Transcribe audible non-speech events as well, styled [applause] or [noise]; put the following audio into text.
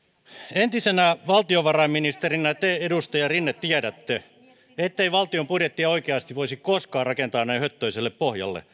entisenä valtiovarainministerinä te edustaja rinne tiedätte ettei valtion budjettia oikeasti voisi koskaan rakentaa näin höttöiselle pohjalle [unintelligible]